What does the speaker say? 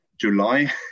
July